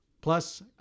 Plus